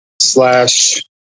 slash